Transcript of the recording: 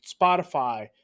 Spotify